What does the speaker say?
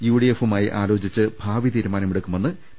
യുഡിഎഫുമായി ആലോചിച്ച് ഭാവി തീരു മാനം എടുക്കുമെന്ന് പി